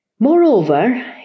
Moreover